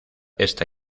esta